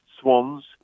swans